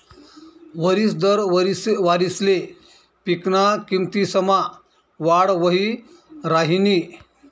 वरिस दर वारिसले पिकना किमतीसमा वाढ वही राहिनी